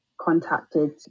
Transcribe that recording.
contacted